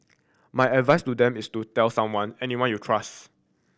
my advice to them is to tell someone anyone you trust